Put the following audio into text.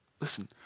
Listen